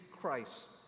Christ